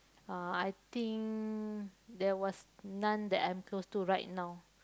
uh I think there was none that I'm close to right now